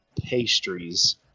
pastries